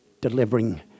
delivering